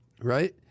right